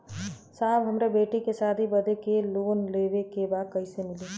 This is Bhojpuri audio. साहब हमरे बेटी के शादी बदे के लोन लेवे के बा कइसे मिलि?